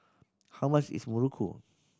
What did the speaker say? how much is Muruku